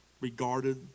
regarded